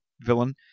villain